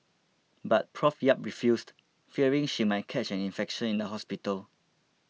but Prof Yap refused fearing she might catch an infection in the hospital